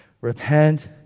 Repent